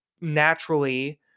naturally